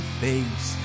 face